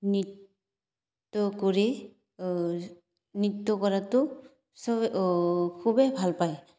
নৃত্য কৰি নৃত্য কৰাতো চবে খুবেই ভাল পায়